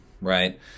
right